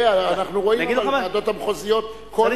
אבל אנחנו רואים בוועדות המחוזיות שכל